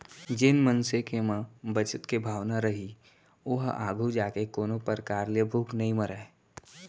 जेन मनसे के म बचत के भावना रइही ओहा आघू जाके कोनो परकार ले भूख नइ मरय